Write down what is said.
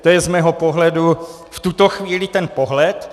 To je z mého pohledu v tuto chvíli ten pohled.